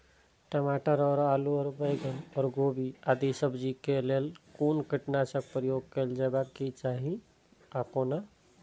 टमाटर और आलू और बैंगन और गोभी आदि सब्जी केय लेल कुन कीटनाशक प्रयोग कैल जेबाक चाहि आ कोना?